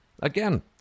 again